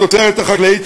התוצרת החקלאית,